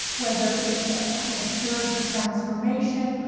whether it's kind of a spiritual transformation,